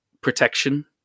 protection